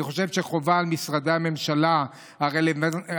אני חושב שחובה על משרדי הממשלה הרלוונטיים